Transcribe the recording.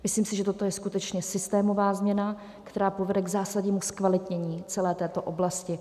Myslím si, že toto je skutečně systémová změna, která povede k zásadnímu zkvalitnění celé této oblasti.